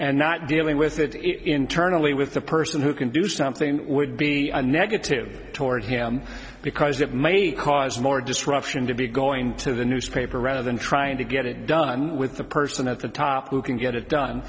and not dealing with it internally with the person who can do something would be a negative toward him because that may cause more disruption to be going to the newspaper rather than trying to get it done with the person at the top who can get it done